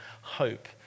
hope